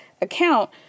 account